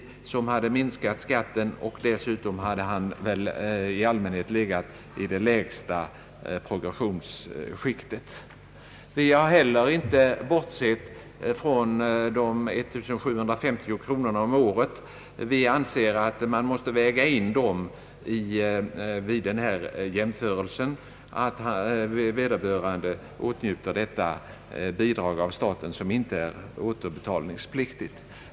Dessa hade minskat skatten, och dessutom hade han i allmänhet legat i det lägsta skiktet på skatteskalan. I likhet med högerreservanterna har vi inte bortsett från studiebidraget på 1750 kronor om året. Vi anser att man måste väga in det vid denna jämförelse och alltså ta hänsyn till att vederbörande åtnjutit detta statliga bidrag, som inte är återbetalningspliktigt.